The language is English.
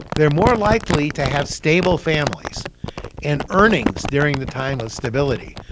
they're more likely to have stable families and earnings during the time of stability.